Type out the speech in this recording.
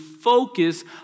focus